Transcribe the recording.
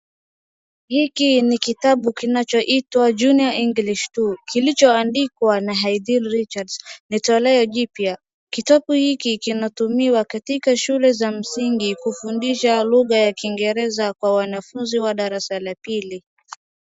Hiki ni kitabu kinachoitwa Junior English 2 kilichoandikwa na Haydn Richards, ni tolea jipya. Kitabu hiki kinatumiwa katika shule za msingi kufundisha lugha ya kiingereza kwa wanafuzi wa darasa la pili.